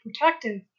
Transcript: protective